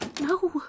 No